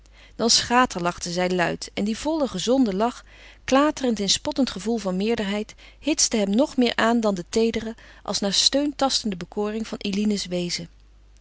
dan schaterlachte zij luid en die volle gezonde lach klaterend in spottend gevoel van meerderheid hitste hem nog meer aan dan de teedere als naar steun tastende bekoring van eline's wezen